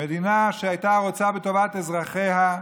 מדינה שהייתה רוצה בטובת אזרחיה,